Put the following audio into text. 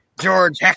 George